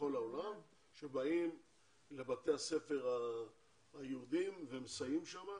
שבאים לבתי הספר היהודיים ומסייעים שם,